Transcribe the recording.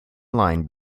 line